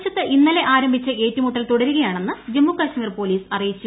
പ്രദേശത്തു ഇന്നലെ ആരംഭിച്ച ഏറ്റുമുട്ടൽ തുടരുകയാണെന്ന് ജമ്മുകശ്മീർ പോലീസ് അറിയിച്ചു